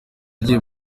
agiye